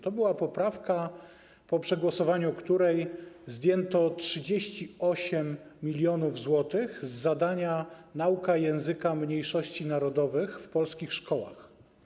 To była poprawka, po przegłosowaniu której zdjęto 38 mln zł z zadania: nauka języka mniejszości narodowych w polskich szkołach.